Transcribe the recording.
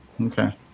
Okay